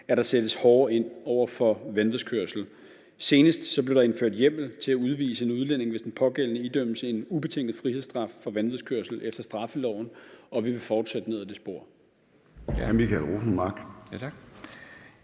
at der sættes hårdere ind over for vanvidskørsel. Senest blev der indført hjemmel til at udvise en udlænding, hvis den pågældende idømmes en ubetinget frihedsstraf for vanvidskørsel efter straffeloven, og vi vil fortsætte ned ad det spor.